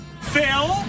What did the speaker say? Phil